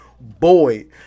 boy